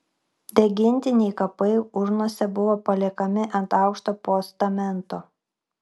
degintiniai kapai urnose buvo paliekami ant aukšto postamento